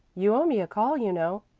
you owe me a call, you know.